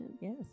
Yes